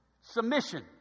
Submission